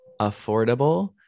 affordable